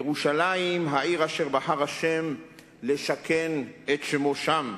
ירושלים, העיר אשר בחר ה' לשכן את שמו שם,